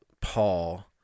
Paul